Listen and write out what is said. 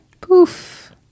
Poof